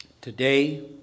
Today